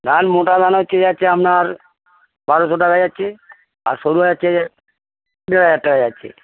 ধান মোটা ধান হচ্ছে যাচ্ছে আপনার বারোশো টাকা যাচ্ছে আর সরু হচ্ছে দেড় হাজার টাকা যাচ্ছে